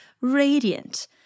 radiant